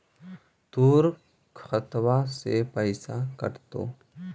तोर खतबा से पैसा कटतो?